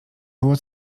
było